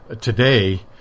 today